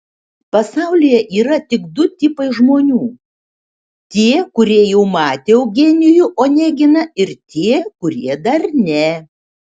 pasaulyje yra tik du tipai žmonių tie kurie jau matė eugenijų oneginą ir tie kurie dar ne